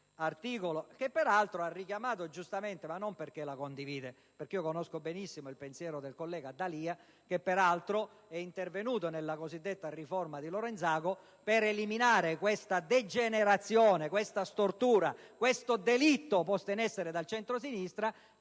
e giustamente richiamata dal senatore D'Alia, ma non perché la condivida. Conosco infatti benissimo il pensiero del collega D'Alia, peraltro intervenuto nella cosiddetta riforma di Lorenzago per eliminare questa degenerazione, questa stortura, questo delitto posto in essere dal centrosinistra,